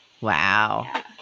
wow